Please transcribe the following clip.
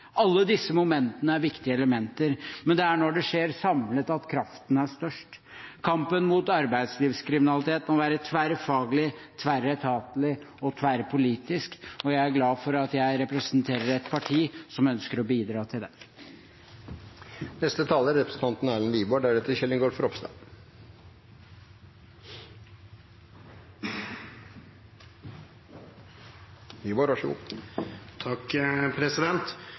Alle disse momentene er viktige elementer, men det er når det skjer samlet at kraften er størst. Kampen mot arbeidslivskriminalitet må være tverrfaglig, tverretatlig og tverrpolitisk, og jeg er glad for at jeg representerer et parti som ønsker å bidra til